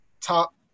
top